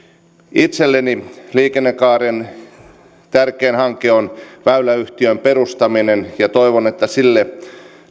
itselleni liikennekaaren tärkein hanke on väyläyhtiön perustaminen ja toivon että sille